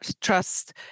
trust